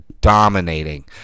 dominating